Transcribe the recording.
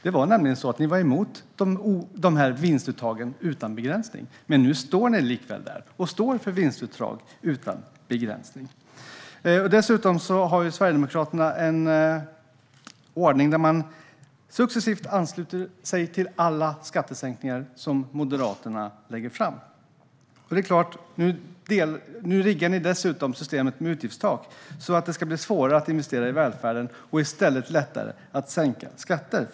Det var nämligen så att ni var emot de här vinstuttagen utan begränsning, Oscar Sjöstedt. Nu står ni likväl för vinstuttag utan begränsning. Dessutom har Sverigedemokraterna en ordning där man successivt ansluter sig till alla skattesänkningar som Moderaterna lägger fram. Nu riggar ni dessutom systemet med utgiftstak så att det ska bli svårare att investera i välfärden och i stället lättare att sänka skatter.